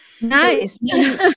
Nice